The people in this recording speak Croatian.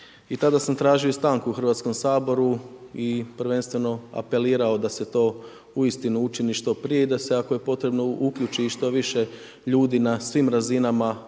i tada sam tražio i stanku u HS-u i prvenstveno apelirao da se to uistinu učini što prije i da se ako je potrebno uključi i što više ljudi na svim razinama, Vladi,